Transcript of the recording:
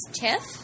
Tiff